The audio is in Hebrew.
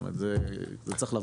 זאת אומרת, זה צריך לבוא.